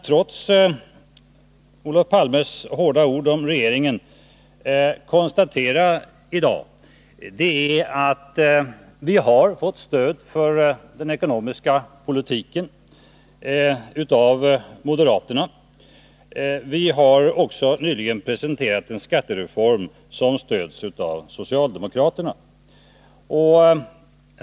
Trots Olof Palmes hårda ord om regeringen kan man i dag konstatera att vi har fått stöd för den ekonomiska politiken av moderaterna. Vi har också nyligen presenterat en skattereform som stöds av socialdemokraterna.